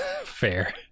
Fair